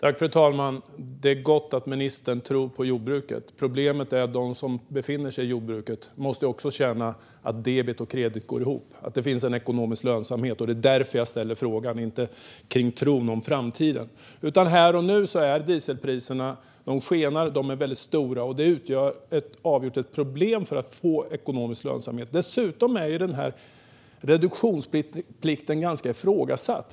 Fru talman! Det är gott att ministern tror på jordbruket. Problemet är att de som befinner sig i jordbruket också måste känna att debet och kredit går ihop, att det finns en ekonomisk lönsamhet. Det är därför jag ställer frågan. Det handlar inte om tron på framtiden. Här och nu kan vi se att dieselpriserna skenar. De är väldigt höga. Det utgör avgjort ett problem för att få ekonomisk lönsamhet. Dessutom är ju reduktionsplikten ganska ifrågasatt.